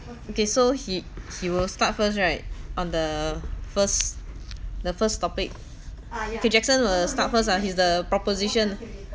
okay so he he will start first right on the first the first topic okay jackson will start first ha he's the proposition